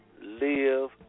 live